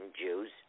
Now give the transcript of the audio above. Jews